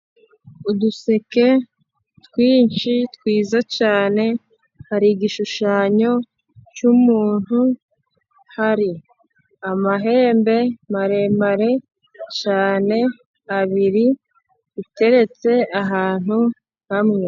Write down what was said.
Uduseke twinshi twiza cyane hari igishushanyo cy'umuntu, hari amahembe maremare cyane abiri ateretse ahantu hamwe.